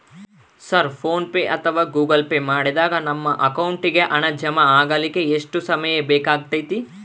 Sir PhonePe ಅಥವಾ Google Pay ಮಾಡಿದಾಗ ನಮ್ಮ ಅಕೌಂಟಿಗೆ ಹಣ ಜಮಾ ಆಗಲಿಕ್ಕೆ ಎಷ್ಟು ಸಮಯ ಬೇಕಾಗತೈತಿ?